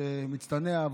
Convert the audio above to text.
שמצטנע,